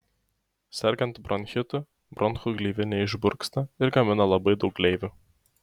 sergant bronchitu bronchų gleivinė išburksta ir gamina labai daug gleivių